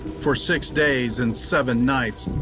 for six days, and seven nights,